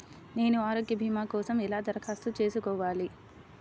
నేను ఆరోగ్య భీమా కోసం ఎలా దరఖాస్తు చేసుకోవాలి?